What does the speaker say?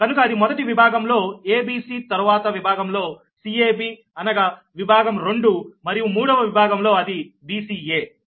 కనుక అది మొదటి విభాగంలో a b cతరువాత విభాగంలో c a b అనగా విభాగం 2 మరియు మూడవ విభాగంలో అది b c a